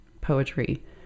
poetry